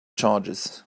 charges